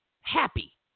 happy